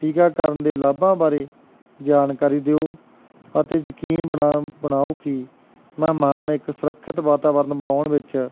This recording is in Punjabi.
ਟੀਕਾਕਰਨ ਦੇ ਲਾਭਾਂ ਬਾਰੇ ਜਾਣਕਾਰੀ ਦਿਓ ਅਤੇ ਯਕੀਨ ਬਣਾ ਬਣਾਓ ਕਿ ਮਹਿਮਾਨ ਇੱਕ ਸੁਰੱਖਿਅਤ ਵਾਤਾਵਰਨ ਬਣਾਉਣ ਵਿੱਚ